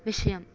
విషయం